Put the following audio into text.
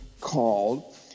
called